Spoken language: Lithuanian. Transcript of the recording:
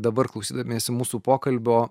dabar klausydamiesi mūsų pokalbio